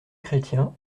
chrétien